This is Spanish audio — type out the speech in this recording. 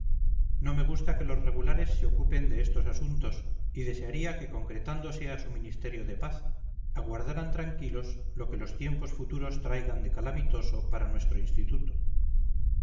no me gusta que los regulares se ocupen de estos asuntos y desearía que concretándose a su ministerio de paz aguardaran tranquilos lo que los tiempos futuros traigan de calamitoso para nuestro instituto